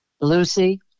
Lucy